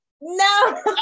no